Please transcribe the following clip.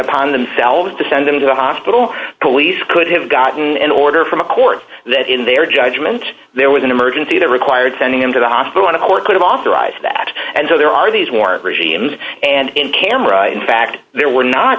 upon themselves to send him to the hospital police could have gotten an order from a court that in their judgment there was an emergency that required sending him to the hospital in a court that authorized that and so there are these warrant regimes and in camera in fact there were not